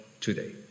today